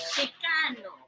Chicano